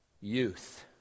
youth